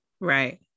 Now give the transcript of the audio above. right